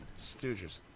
Stooges